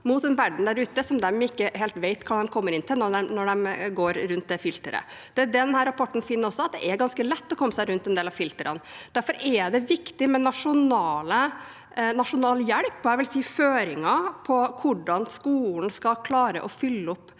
mot en verden der ute hvor de ikke helt vet hva de kommer inn i når de går rundt det filteret. Det denne rapporten også finner, er at det er ganske lett å komme seg rundt en del av filtrene. Derfor er det viktig med nasjonal hjelp og føringer for hvordan skolen skal klare å etterleve